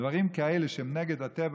דברים כאלה שהם נגד הטבע